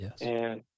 Yes